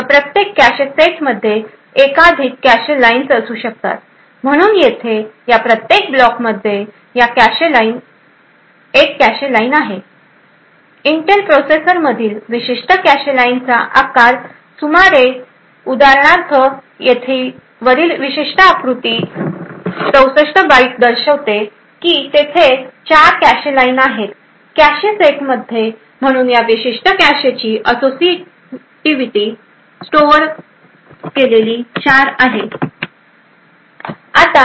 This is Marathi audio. तर प्रत्येक कॅशे सेटमध्ये एकाधिक कॅशे लाइन्स असू शकतात म्हणून येथे या प्रत्येक ब्लॉकमध्ये एक कॅशे लाइन आहे इंटेल प्रोसेसरमधील विशिष्ट कॅशे लाइनचा आकार सुमारे उदाहरणार्थ येथे वरील विशिष्ट आकृती 64 बाइट दर्शविते की तेथे 4 कॅशे लाइन आहेत कॅशे सेटमध्ये म्हणून या विशिष्ट कॅशेची असोसिएटिव्हिटी चार आहे